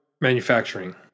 manufacturing